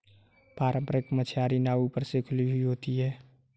पारम्परिक मछियारी नाव ऊपर से खुली हुई होती हैं